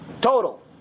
total